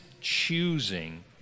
choosing